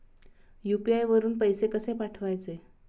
UPI वरून पैसे कसे पाठवायचे?